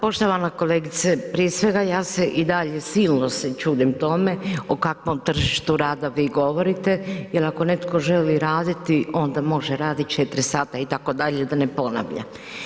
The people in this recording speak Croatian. Pa poštovana kolegice, prije svega ja se i dalje silno se čudim tome o kakvom tržištu rada vi govorite jer ako netko želi raditi, onda može raditi 4 sata itd. da ne ponavljam.